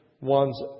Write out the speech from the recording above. one's